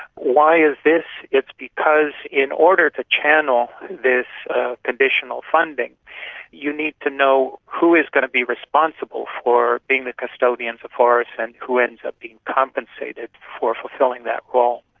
why is this? it's because in order to channel this conditional funding you need to know who is going to be responsible for being the custodian for forests and who ends up being compensated for fulfilling that role.